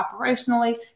operationally